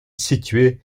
située